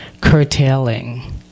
curtailing